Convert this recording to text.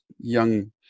young